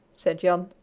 said jan.